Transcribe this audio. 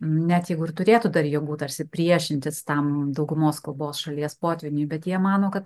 net jeigu ir turėtų dar jėgų tarsi priešintis tam daugumos kalbos šalies potvyniui bet jie mano kad